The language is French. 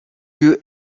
lieu